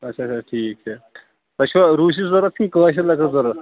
اچھا اچھا ٹھیٖک چھُ تۄہہِ چھُوا روٗسی ضروٗرت کِنہٕ کأشِرۍ لٔکٕر ضروٗرت